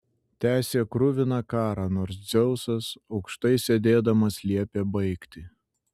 tęsė kruviną karą nors dzeusas aukštai sėdėdamas liepė baigti